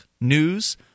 news